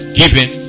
giving